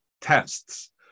tests